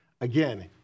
Again